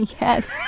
Yes